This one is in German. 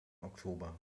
oktober